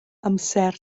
amser